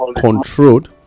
controlled